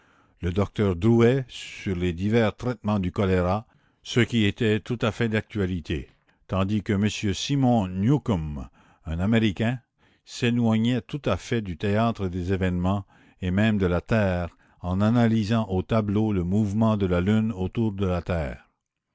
le docteur drouet sur les divers traitements du choléra ce qui était tout à fait d'actualité la commune tandis que m simon newcombe un américain s'éloignait tout à fait du théâtre des événements et même de la terre en analysant au tableau le mouvement de la lune autour de la terre